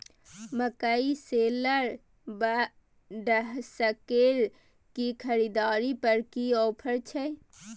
मकई शेलर व डहसकेर की खरीद पर की ऑफर छै?